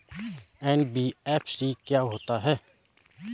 NBFC क्या होता है?